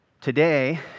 Today